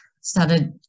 started